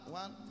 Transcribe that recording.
one